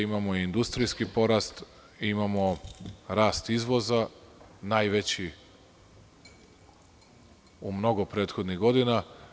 Imamo industrijski porast, imamo rast izvoza najveći u mnogo prethodnih godina.